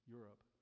Europe